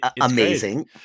amazing